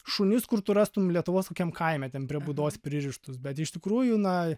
šunis kur tu rastum lietuvos kokiam kaime ten prie būdos pririštus bet iš tikrųjų na